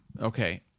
Okay